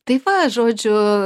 tai va žodžiu